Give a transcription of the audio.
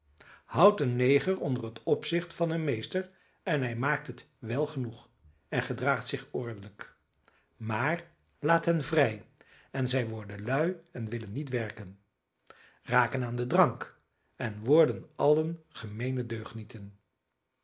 een neger onder het opzicht van een meester en hij maakt het wel genoeg en gedraagt zich ordelijk maar laat hen vrij en zij worden lui en willen niet werken raken aan den drank en worden allen gemeene deugnieten